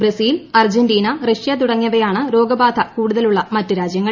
Brazil Argentina Russia തുടങ്ങിയവയാണ് രോഗബാധ കൂടുതലുള്ള മറ്റ് രാജ്യങ്ങൾ